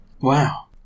Wow